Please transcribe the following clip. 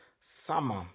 Summer